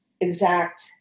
exact